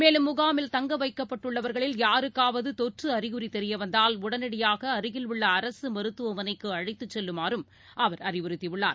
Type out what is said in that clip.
மேலும் முகாமில் தங்கவைக்கப்பட்டுள்ளவர்களில் யாருக்காவது தொற்று அறிகுறி தெரியவந்தால் உடனடியாக அருகில் உள்ள அரக மருத்துவமனைக்கு அழைத்துச் செல்லுமாறும் அவர் அறிவுறுத்தியுள்ளார்